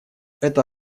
это